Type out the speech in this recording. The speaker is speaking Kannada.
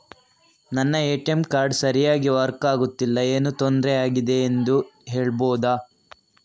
ನನ್ನ ಎ.ಟಿ.ಎಂ ಕಾರ್ಡ್ ಸರಿಯಾಗಿ ವರ್ಕ್ ಆಗುತ್ತಿಲ್ಲ, ಏನು ತೊಂದ್ರೆ ಆಗಿದೆಯೆಂದು ಹೇಳ್ಬಹುದಾ?